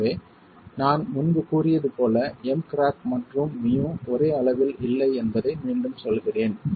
எனவே நான் முன்பு கூறியது போல் M கிராக் மற்றும் Mu ஒரே அளவில் இல்லை என்பதை மீண்டும் சொல்கிறேன்